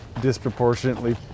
disproportionately